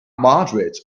mildrid